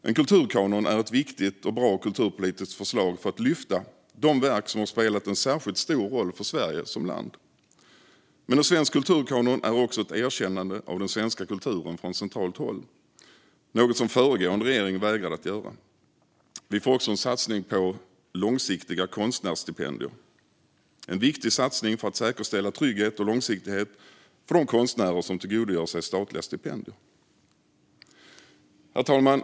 En kulturkanon är ett viktigt och bra kulturpolitiskt förslag för att lyfta de verk som har spelat en särskilt stor roll för Sverige som land. Men en svensk kulturkanon är också ett erkännande av den svenska kulturen från centralt håll, något som föregående regering vägrade att göra. Vi får också en satsning på långsiktiga konstnärsstipendier. Det är en viktig satsning för att säkerställa trygghet och långsiktighet för de konstnärer som tillgodogör sig statliga stipendier. Herr talman!